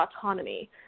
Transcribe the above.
autonomy